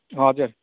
हजुर